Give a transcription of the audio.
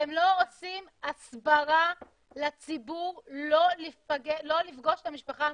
אתם לא עושים הסברה לציבור לא לפגוש את המשפחה המורחבת.